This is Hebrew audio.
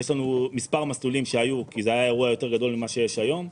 יש לנו מספר מסלולים כי זה היה אירוע יותר גדול ממה שקיים היום.